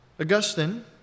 Augustine